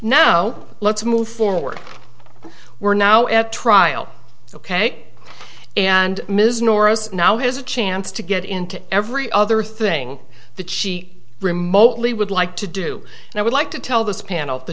now let's move forward we're now at trial ok and ms norris now has a chance to get into every other thing that she remotely would like to do and i would like to tell this pan